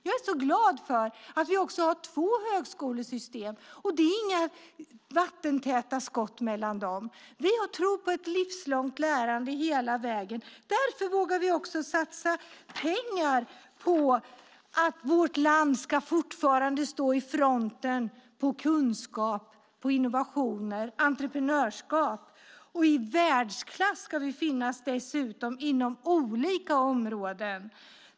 Jag är så glad för att vi har två högskolesystem. Det är inga vattentäta skott mellan dem. Vi tror på ett livslångt lärande hela vägen. Därför vågar vi också satsa pengar på att vårt land fortfarande ska stå i fronten när det gäller kunskap, innovationer och entreprenörskap och dessutom vara i världsklass på olika områden.